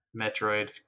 Metroid